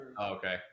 Okay